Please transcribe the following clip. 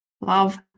love